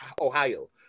Ohio